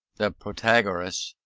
the protagoras,